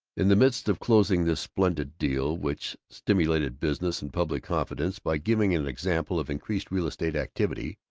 in the midst of closing this splendid deal, which stimulated business and public confidence by giving an example of increased real-estate activity,